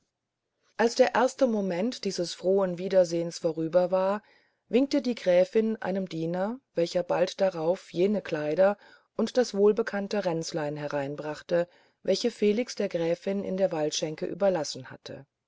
als die ersten momente dieses frohen wiedersehens vorüber waren winkte die gräfin einem diener welcher bald darauf jene kleider und das wohlbekannte ränzchen herbeibrachte welche felix der gräfin in der waldschenke überlassen hatte